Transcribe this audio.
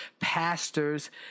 pastors